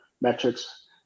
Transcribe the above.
metrics